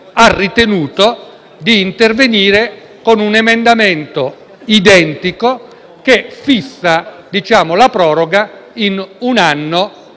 ha ritenuto di intervenire con un emendamento identico, che fissa la proroga di un anno al